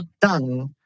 done